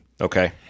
Okay